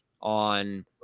on